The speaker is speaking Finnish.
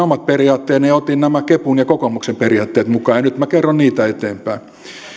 omat periaatteeni ja otin nämä kepun ja kokoomuksen periaatteet mukaan ja nyt minä kerron niitä eteenpäin